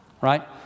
Right